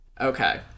Okay